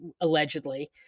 allegedly